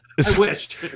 switched